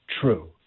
true